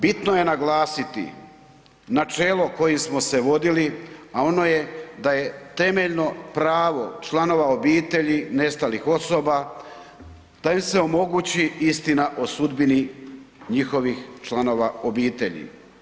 Bitno je naglasiti načelo kojim smo se vodili, a ono je da je temeljno pravo članova obitelji nestalih osoba da im se omogući istina o sudbini njihovih članova obitelji.